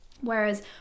Whereas